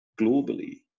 globally